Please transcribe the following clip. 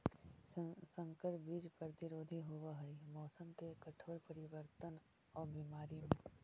संकर बीज प्रतिरोधी होव हई मौसम के कठोर परिवर्तन और बीमारी में